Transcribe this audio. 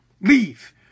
Leave